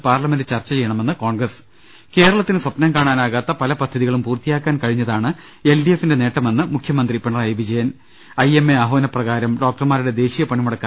parliament ചർച്ച ചെയ്യണമെന്ന് കോൺഗ്രസ് കേരളത്തിന് സ്വപ്നം കാണാനാകാത്ത പല പദ്ധതികളും പൂർത്തിയാക്കാൻ കഴിഞ്ഞതാണ് എൽ ഡി എഫിന്റെ നേട്ടമെന്ന് മുഖ്യമന്ത്രി Pinarayi Vijayan I M A ആഹ്വാനപ്രകാരം ഡോക്ടർമാരുടെ ദേശീയ പണിമുടക്ക്